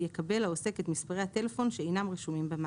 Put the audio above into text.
יקבל העוסק את מספרי הטלפון שאינם רשומים במאגר.